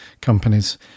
companies